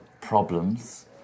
problems